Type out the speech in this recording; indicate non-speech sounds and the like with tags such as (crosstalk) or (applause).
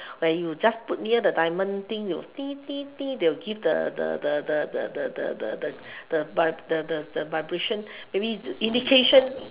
where you just put near the diamond thing they will (noise) they will give the the the the the the the the the the the the the vib~ the the the vibration maybe indication